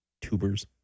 tubers